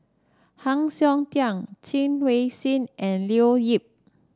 Heng Siok Tian Chen Wen Hsi and Leo Yip